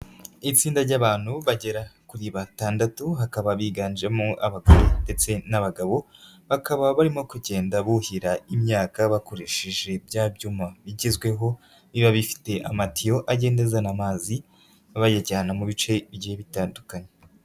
Itsinda ry'abantu bagera kuri batandatu hakaba biganjemo abagore ndetse n'abagabo, bakaba barimo kugenda buhira imyaka bakoresheje bya byuma bigezweho, biba bifite amatiyo agende azana amazi, bayajyana mu bice bigiye bitandukanye.